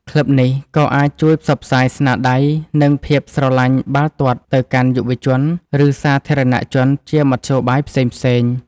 ក្លឹបនេះក៏អាចជួយផ្សព្វផ្សាយស្នាដៃ និងភាពស្រលាញ់បាល់ទាត់ទៅកាន់យុវជន ឬសាធារណៈជនជាមធ្យោបាយផ្សេងៗ។